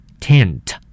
Tent